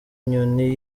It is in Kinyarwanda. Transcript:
inyoni